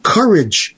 Courage